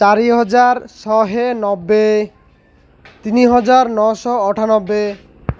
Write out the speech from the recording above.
ଚାରି ହଜାର ଶହେ ନବେ ତିନି ହଜାର ନଶହ ଅଠାନବେ